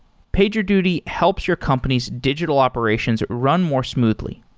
pagerduty helps your company's digital operations are run more smoothly.